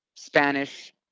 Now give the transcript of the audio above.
Spanish